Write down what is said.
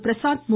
Prashanth மு